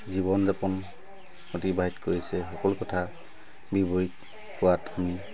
জীৱন যাপন অতিবাহিত কৰিছে সকলো কথা বিৱৰি কোৱাত শুনি